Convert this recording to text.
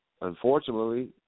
unfortunately –